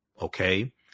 Okay